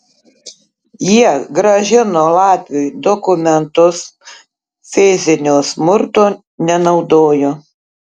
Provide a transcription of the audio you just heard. jie grąžino latviui dokumentus fizinio smurto nenaudojo